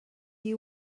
you